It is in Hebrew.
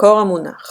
מקור המונח